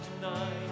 tonight